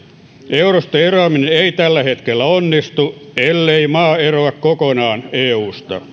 eurosta eroaminen ei tällä hetkellä onnistu ellei maa eroa kokonaan eusta euroeromekanismia